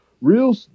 real